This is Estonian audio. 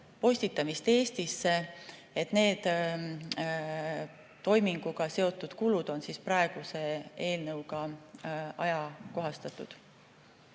postitamist Eestisse. Need toiminguga seotud kulud on praeguse eelnõuga ajakohastatud.